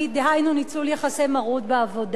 דהיינו ניצול יחסי מרות בעבודה.